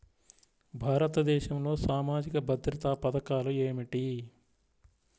భారతదేశంలో సామాజిక భద్రతా పథకాలు ఏమిటీ?